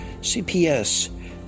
CPS